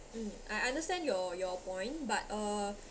mm I understand your your point but uh